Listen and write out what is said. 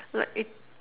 like it